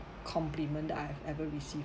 compliment that I've ever receive